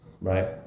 right